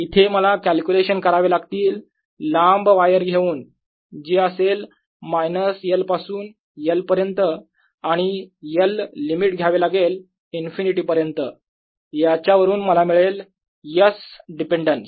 इथे मला कॅल्क्युलेशन करावे लागतील लांब वायर घेऊन जी असेल मायनस L पासून L पर्यंत आणि L लिमिट घ्यावे लागेल इनफिनिटी पर्यंत याच्यावरून मला मिळेल S डिपेन्डन्स